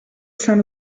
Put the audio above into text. saint